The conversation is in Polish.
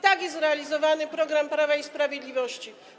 Tak jest realizowany program Prawa i Sprawiedliwości.